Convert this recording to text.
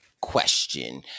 question